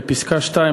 בפסקה (2),